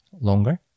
longer